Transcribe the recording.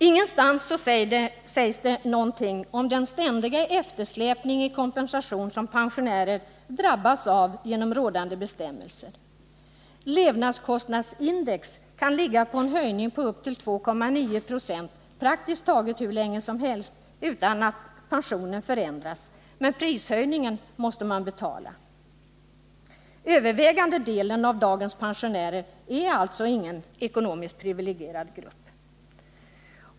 Ingenstans sägs någonting om den ständiga eftersläpning i kompensation som pensionärerna drabbas av genom rådande bestämmelser. Levnadskostnadsindex kan ligga på en höjning på upp till 2,9 96 praktiskt taget hur länge som helst utan att pensionen förändras, men prishöjningen måste betalas av pensionärerna. Övervägande delen av dagens pensionärer tillhör alltså inte någon ekonomiskt privilegierad grupp.